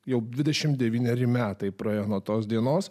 jau dvidešimt devyneri metai praėjo nuo tos dienos